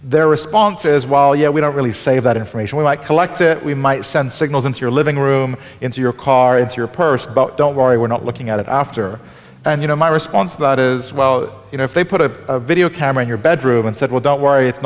their response is well you know we don't really save that information we might collect it we might send signals into your living room into your car into your purse but don't worry we're not looking at it after and you know my response to that is well you know if they put a video camera in your bedroom and said well don't worry it's